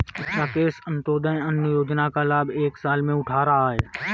राकेश अंत्योदय अन्न योजना का लाभ एक साल से उठा रहा है